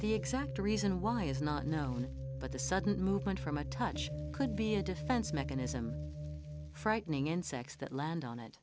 s exact reason why is not known but the sudden movement from a touch could be a defense mechanism frightening insects that land on it